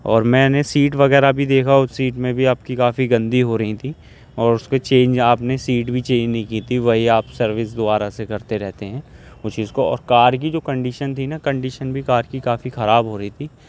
اور میں نے سیٹ وغیرہ بھی دیکھا اور سیٹ میں بھی آپ کی کافی گندی ہو رہی تھیں اور اس کے چینج آپ نے سیٹ بھی چینج نہیں کی تھی وہی آپ سروس دوبارہ سے کرتے رہتے ہیں اس چیز کو اور کار کی جو کنڈیشن تھی نا کنڈیشن بھی کار کی کافی خراب ہو رہی تھی